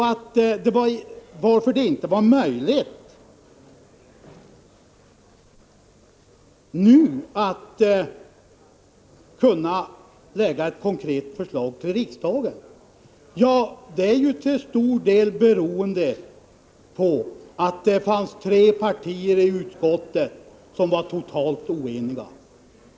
Att det inte nu var möjligt att lägga fram ett konkret förslag till riksdagen är till stor del beroende på att det fanns tre partier i utskottet som var totalt oeniga.